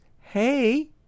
hey